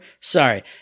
sorry